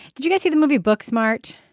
did you guys see the movie book smart.